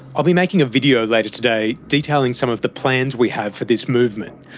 i'll be making a video later today detailing some of the plans we have for this movement.